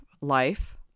life